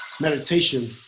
meditation